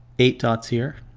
eight dots here,